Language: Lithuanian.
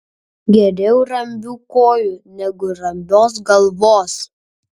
geriau rambių kojų negu rambios galvos